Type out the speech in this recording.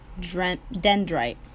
dendrite